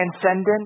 transcendent